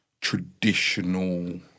traditional